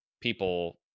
people